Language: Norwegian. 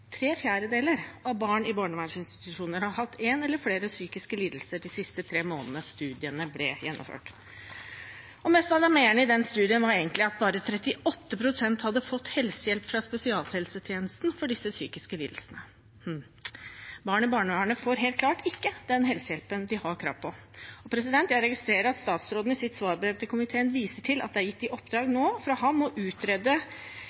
tre fjerdedeler – av barn i barnevernsinstitusjoner har hatt én eller flere psykiske lidelser de siste tre månedene studiene ble gjennomført. Det mest alarmerende i den studien var egentlig at bare 38 pst. hadde fått helsehjelp fra spesialisthelsetjenesten for disse psykisk lidelsene. Barn i barnevernet får helt klart ikke den helsehjelpen de har krav på. Jeg registrerer at statsråden i sitt svarbrev til komiteen viser til at det fra ham nå er gitt oppdrag